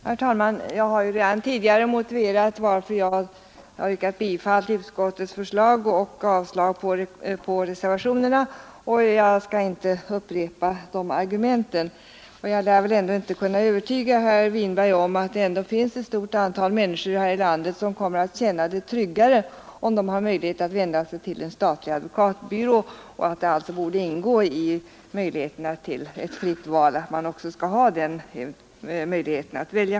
Herr talman! Jag har redan tidigare motiverat varför jag yrkat bifall till utskottets förslag och avslag på reservationerna. Jag skall inte upprepa de argumenten. Jag lär ändå inte kunna övertyga herr Winberg om att ett stort antal människor här i landet kommer att känna sig tryggare, om de kan vända sig till en statlig advokatbyrå. De bör ha möjlighet till ett fritt val.